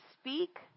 speak